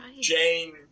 Jane